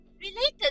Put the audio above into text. related